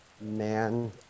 man